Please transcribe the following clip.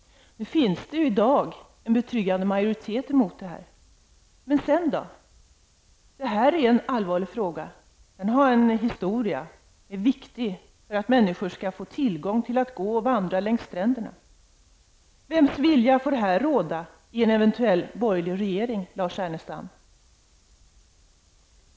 Det finns i dag en betryggande majoritet mot detta. Men sedan? Det är en allvarlig fråga. Den har en historia. Den är viktig -- människorna skall kunna gå och vandra längs stränderna. Vems vilja får råda i en eventuell borgerlig regering Lars Ernestam?